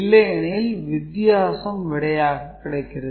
இல்லையெனில் வித்தியாசம் விடையாக கிடைக்கிறது